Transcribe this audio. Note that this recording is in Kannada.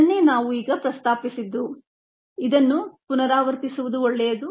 ಇದನ್ನೇ ನಾವು ಈಗ ಪ್ರಸ್ತಾಪಿಸಿದ್ದು ಇದನ್ನು ಪುನರಾವರ್ತಿಸುವುದು ಒಳ್ಳೆಯದು